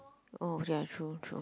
oh ya true true